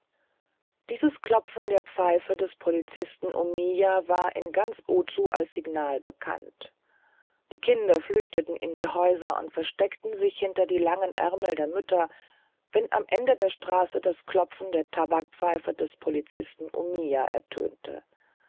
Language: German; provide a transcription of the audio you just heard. dieses klopfen der pfeife des polizisten omiya war in ganz ozu als signal bekannt die kinder flüchteten in die häuser und versteckten sich hinter die langen ärmel der mütter wenn am ende der straße das klopfen der tabakpfeife des polizisten omiya ertönte